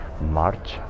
March